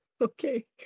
Okay